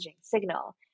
Signal